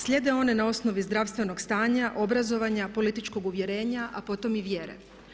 Slijede one na osnovi zdravstvenog stanja, obrazovanja, političkog uvjerenja, a potom i vjere.